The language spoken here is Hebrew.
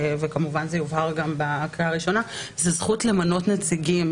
וכמובן זה יובהר גם בקריאה הראשונה זו זכות למנות נציגים